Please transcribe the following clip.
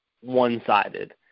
one-sided